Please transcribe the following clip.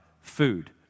food